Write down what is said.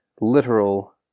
literal